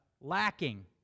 lacking